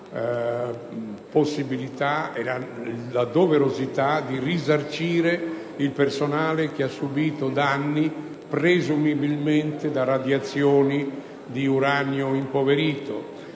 che riguardano la doverosità di risarcire il personale che ha subito danni, presumibilmente da radiazioni di uranio impoverito;